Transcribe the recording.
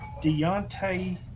Deontay